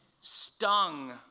stung